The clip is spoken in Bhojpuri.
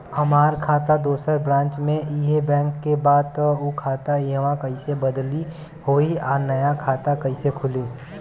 हमार खाता दोसर ब्रांच में इहे बैंक के बा त उ खाता इहवा कइसे बदली होई आ नया खाता कइसे खुली?